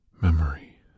memory